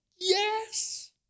yes